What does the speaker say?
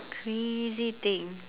crazy thing